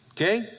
Okay